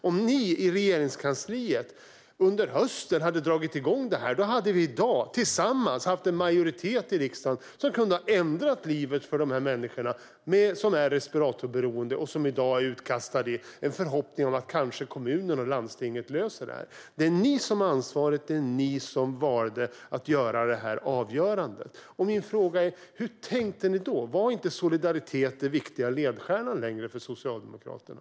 Om ni i Regeringskansliet under hösten hade dragit igång detta hade vi i dag tillsammans haft en majoritet i riksdagen som hade kunnat ändra livet för dem som i dag är respiratorberoende och som i dag är utlämnade åt en förhoppning om att kommunen och landstinget kanske löser det. Det är ni som har ansvaret, och det var ni som valde det här avgörandet. Hur tänkte ni då? Var inte solidaritet längre den viktiga ledstjärnan för Socialdemokraterna?